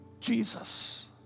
Jesus